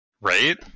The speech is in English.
right